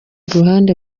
ruhande